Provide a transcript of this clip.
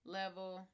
level